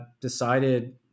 decided